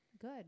Good